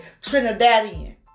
Trinidadian